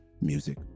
music